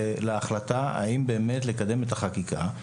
להחלטה האם באמת לקדם את החקיקה.